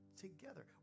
together